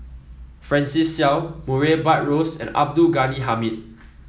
Francis Seow Murray Buttrose and Abdul Ghani Hamid